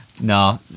No